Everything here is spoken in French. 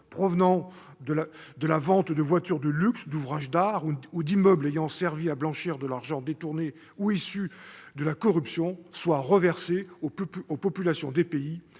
provenant de la vente de voitures de luxe, d'oeuvres d'art ou d'immeubles ayant servi à blanchir de l'argent détourné ou issues de la corruption soient reversées aux populations des pays